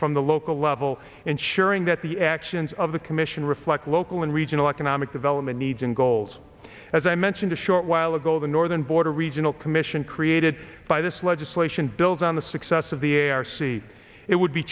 from the local level ensuring that the actions of the commission reflect local and regional economic development needs and goals as i mentioned a short while ago the northern border regional commission created by this legislation builds on the success of the a r c it would be